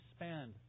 expand